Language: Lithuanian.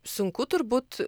sunku turbūt